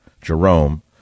Jerome